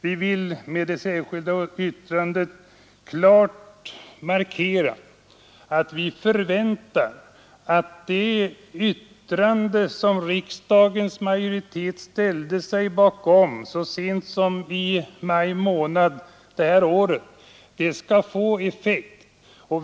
Vi vill med det särskilda yttrandet klart markera att vi förväntar, att det yttrande som riksdagens majoritet ställde sig bakom så sent som i maj månad detta år skall få effekt.